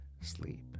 sleep